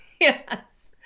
Yes